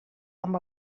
amb